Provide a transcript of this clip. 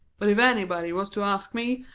but if anybody was to ask me,